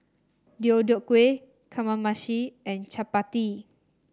Deodeok Gui Kamameshi and Chapati